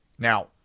Now